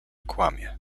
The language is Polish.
kłamie